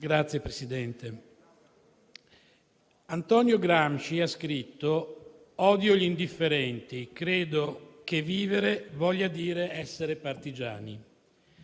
Signor Presidente, Antonio Gramsci ha scritto: «Odio gli indifferenti. Credo che vivere voglia dire essere partigiani».